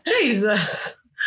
Jesus